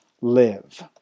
live